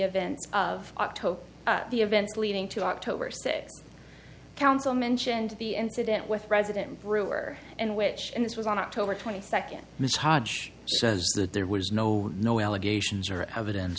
events of october the events leading to october six counsel mentioned the incident with president brewer and which in this was on october twenty second ms hodge says that there was no no allegations or evidence